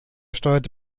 steuerte